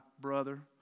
brother